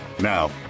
Now